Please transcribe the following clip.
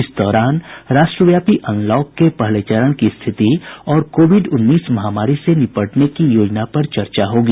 इस दौरान राष्ट्रव्यापी अनलॉक के पहले चरण की स्थिति और कोविड उन्नीस महामारी से निपटने की योजना पर चर्चा होगी